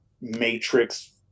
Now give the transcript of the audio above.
matrix